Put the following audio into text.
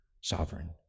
sovereign